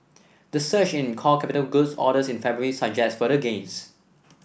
the surge in core capital goods orders in February suggests further gains